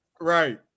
Right